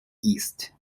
east